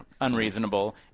unreasonable